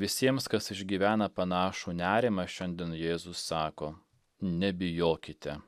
visiems kas išgyvena panašų nerimą šiandien jėzus sako nebijokite